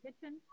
kitchen